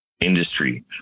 industry